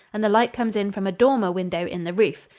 and the light comes in from a dormer window in the roof.